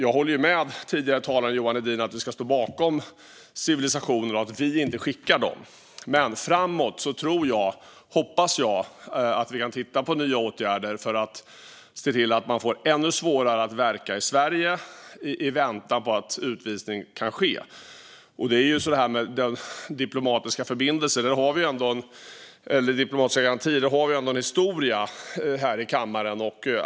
Jag håller med den tidigare talaren Johan Hedin om att vi ska stå bakom civilisationen och att vi inte ska skicka iväg dem, men framåt hoppas jag att vi kan titta på nya åtgärder för att se till att de får ännu svårare att verka i Sverige i väntan på att utvisning kan ske. 2021 års redogörelse för tillämpningen av lagen om särskild utlänningskontroll När det gäller diplomatiska garantier har vi en historia här i kammaren.